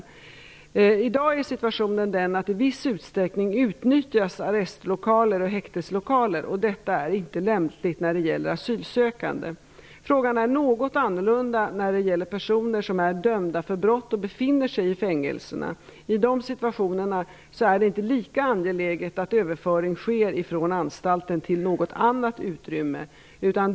I dag är situationen den att arrestlokaler och häkteslokaler utnyttjas i viss utsträckning. Dessa lokaler är inte lämpliga för asylsökande. Frågan om personer som är dömda för brott och befinner sig i fängelserna är något annorlunda. I dessa situationer är det inte lika angeläget att överföring sker från anstalten till något annat utrymme.